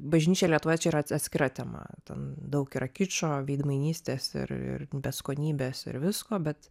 bažnyčia lietuvoj čia yra ats atskira tema ten daug yra kičo veidmainystės ir ir beskonybės ir visko bet